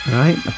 right